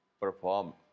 perform